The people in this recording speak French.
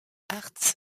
arts